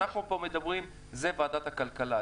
אנחנו פה מדברים זו ועדת הכלכלה,